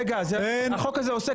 רגע, החוק הזה?